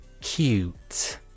cute